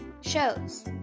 shows